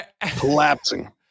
collapsing